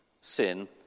sin